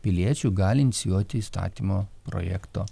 piliečių gali inicijuoti įstatymo projekto